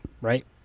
right